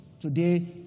Today